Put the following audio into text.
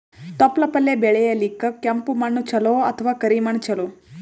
ತೊಪ್ಲಪಲ್ಯ ಬೆಳೆಯಲಿಕ ಕೆಂಪು ಮಣ್ಣು ಚಲೋ ಅಥವ ಕರಿ ಮಣ್ಣು ಚಲೋ?